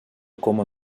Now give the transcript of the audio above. coma